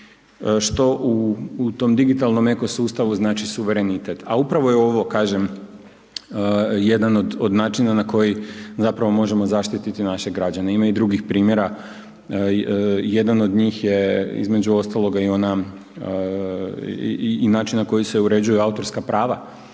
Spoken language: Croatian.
što u tom digitalnom eko sustavu znači suverenitet. A upravo je ovo kažem jedan od načina na koji zapravo možemo zaštiti naše građane. Ima i drugih primjera, jedan od njih je između ostaloga i ona i način na koji se uređuju autorska prava